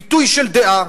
ביטוי של דעה,